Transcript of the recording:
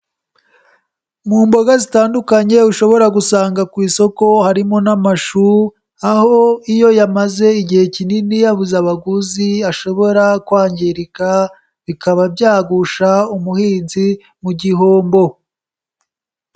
Mu mboga zitandukanye ushobora gusanga ku isoko harimo n'amashu, aho iyo yamaze igihe kinini yabuze abaguzi ashobora kwangirika, bikaba byagusha umuhinzi mu gihombo.